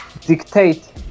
dictate